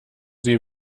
sie